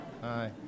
hi